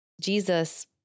Jesus